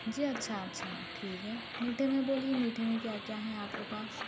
جی اچھا اچھا ٹھیک ہے میٹھے میں بولیے میٹھے میں کیا کیا ہے آپ کے پاس